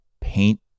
paint